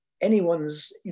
anyone's